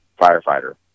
firefighter